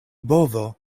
bovo